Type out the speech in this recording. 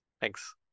Thanks